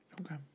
Okay